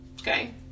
Okay